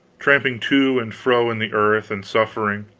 tramping to and fro in the earth, and suffering.